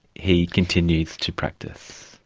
he continues to practice?